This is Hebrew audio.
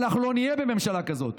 אנחנו לא נהיה בממשלה כזאת.